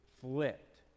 flipped